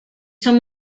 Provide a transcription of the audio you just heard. son